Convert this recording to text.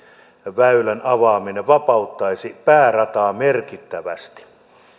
väylän avaaminen vapauttaisi päärataa merkittävästi